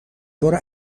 برو